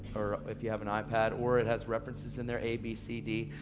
or if you have an ipad, or it has references in there, a, b, c, d,